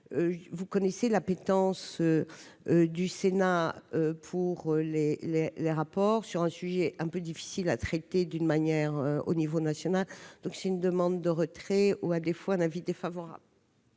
vous connaissez l'appétence du Sénat pour Les les rapports sur un sujet un peu difficile à traiter d'une manière au niveau national, donc c'est une demande de retrait ou à défaut un avis défavorable.